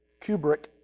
Kubrick